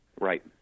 Right